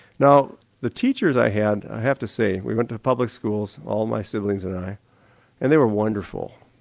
now the teachers i had i have to say we went to public schools all my siblings and i and they were wonderful.